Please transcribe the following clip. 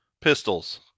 pistols